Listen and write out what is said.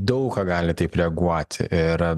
daug ką gali taip reaguoti ir